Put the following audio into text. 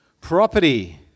Property